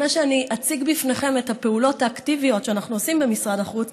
לפני שאני אציג בפניכם את הפעולות האקטיביות שאנחנו עושים במשרד החוץ,